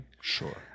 Sure